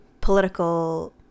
political